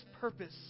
purpose